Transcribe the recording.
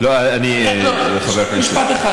לא, זה לא מספיק מכובד מבחינתי.